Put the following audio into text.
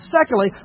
secondly